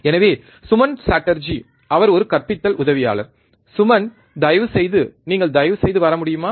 எனவே சுமன் சாட்டர்ஜி அவர் ஒரு கற்பித்தல் உதவியாளர் சுமன் தயவுசெய்து நீங்கள் தயவுசெய்து வர முடியுமா